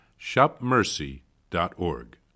shopmercy.org